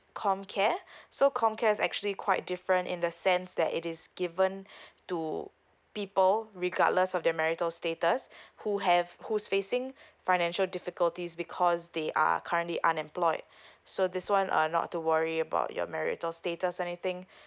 comcare so comcare's actually quite different in the sense that it is given to people regardless of their marital status who have who's facing financial difficulties because they are currently unemployed so this one uh not too worry about your marital status anything